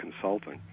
consulting